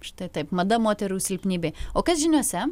štai taip mada moterų silpnybė o kas žiniose